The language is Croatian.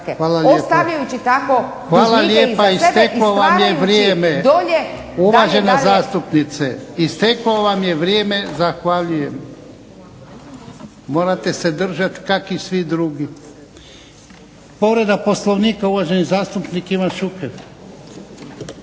Dolje. **Jarnjak, Ivan (HDZ)** Uvažena zastupnice, isteklo vam je vrijeme. Zahvaljujem. Morate se držati kak i svi drugi. Povreda Poslovnika, uvaženi zastupnik Ivan Šuker.